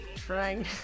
trying